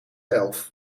elf